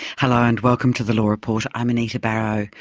hello, and welcome to the law report, i'm anita barraud.